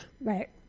Right